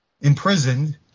Imprisoned